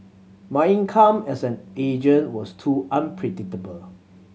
my income as an agent was too unpredictable